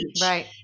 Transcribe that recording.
Right